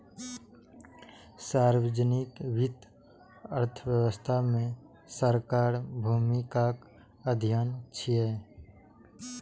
सार्वजनिक वित्त अर्थव्यवस्था मे सरकारक भूमिकाक अध्ययन छियै